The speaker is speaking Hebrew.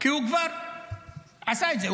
כי הוא כבר עשה את זה.